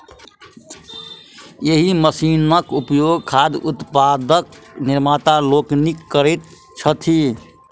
एहि मशीनक उपयोग खाद्य उत्पादक निर्माता लोकनि करैत छथि